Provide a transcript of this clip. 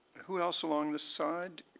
who else along this side?